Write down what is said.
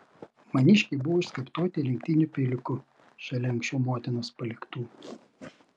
maniškiai buvo išskaptuoti lenktiniu peiliuku šalia anksčiau motinos paliktų